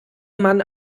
mann